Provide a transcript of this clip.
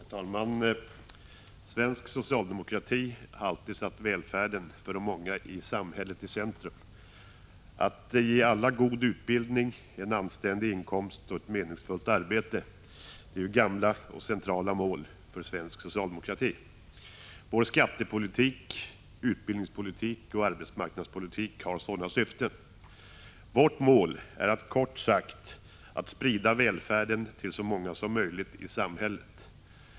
Herr talman! Svensk socialdemokrati har alltid satt välfärden för de många i samhället i centrum. Att ge alla god utbildning, en anständig inkomst och ett meningsfullt arbete är gamla och centrala mål för svensk socialdemokrati. Vår skattepolitik, utbildningspolitik och arbetsmarknadspolitik har sådana syften. Vårt mål är kort sagt att sprida välfärden till så många som möjligt i samhället.